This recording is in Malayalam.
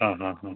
ആ ആ ആ